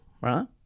right